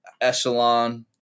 echelon